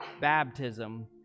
baptism